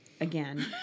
again